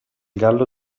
gallo